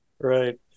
Right